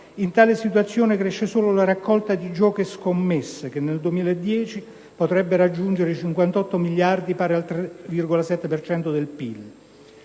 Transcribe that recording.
In tale contesto cresce solo la raccolta di giochi e scommesse che, nel 2010, potrebbe raggiungere i 58 miliardi, pari al 3,7 per